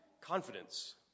confidence